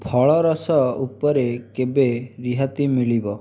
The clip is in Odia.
ଫଳରସ ଉପରେ କେବେ ରିହାତି ମିଳିବ